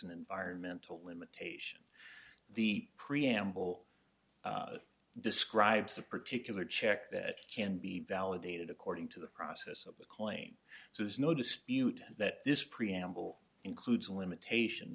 an environmental limitation the preamble describes a particular check that can be validated according to the process of a claim there's no dispute that this preamble includes a limitation